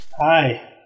Hi